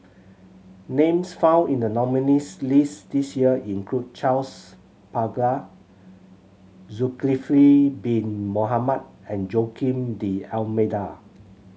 names found in the nominees' list this year include Charles Paglar Zulkifli Bin Mohamed and Joaquim D'Almeida